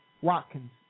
Watkins